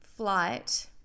flight